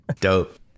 Dope